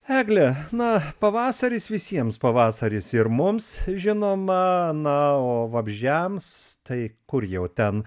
egle na pavasaris visiems pavasaris ir mums žinoma na o vabzdžiams tai kur jau ten